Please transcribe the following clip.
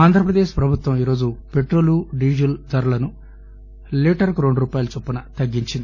ఆంధ్రప్రదేశ్ ప్రభుత్వం ఈరోజు petrol diesel ధరలను లీటర్ కు రెండు రూపాయల చొప్పున తగ్గించింది